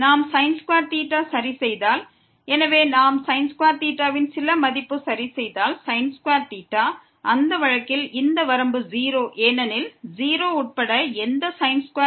நாம் வை சரி செய்தால் எனவே நாம் க்கு ஒரு மதிப்பை கொடுத்தால் அந்த வழக்கில் இந்த வரம்பு 0 ஏனெனில் 0 உட்பட எந்த க்கும் 0